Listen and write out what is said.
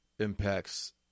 impacts